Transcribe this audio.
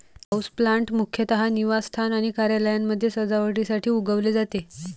houseplant मुख्यतः निवासस्थान आणि कार्यालयांमध्ये सजावटीसाठी उगवले जाते